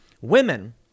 Women